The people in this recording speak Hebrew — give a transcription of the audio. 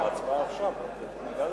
הערה, דרך אגב,